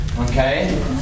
Okay